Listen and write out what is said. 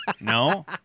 No